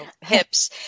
hips